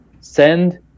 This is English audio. Send